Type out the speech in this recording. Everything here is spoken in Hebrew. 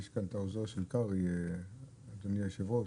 יש כאן את העוזר של קרעי אדוני יושב הראש,